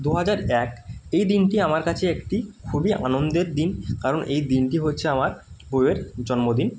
দু হাজার এক এই দিনটি আমার কাছে একটি খুবই আনন্দের দিন কারণ এই দিনটি হচ্ছে আমার বউয়ের জন্মদিন